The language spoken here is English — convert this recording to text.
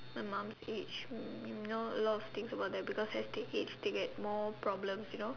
my mom's age um you know a lot of things about them because as they age they get more problems you know